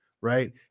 right